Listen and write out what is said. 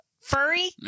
furry